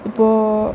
இப்போது